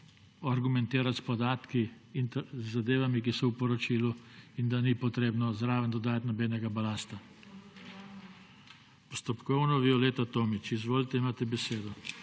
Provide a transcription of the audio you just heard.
argumentirati s podatki in zadevami, ki so v poročilu, in da ni potrebno zraven dodajati nobenega balasta. Postopkovno, Violeta Tomić. Izvolite, imate besedo.